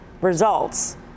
results